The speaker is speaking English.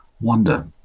wonder